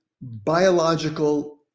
biological